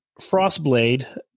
Frostblade